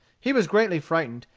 he was greatly frightened,